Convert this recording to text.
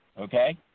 okay